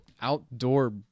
outdoor